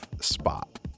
spot